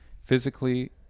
Physically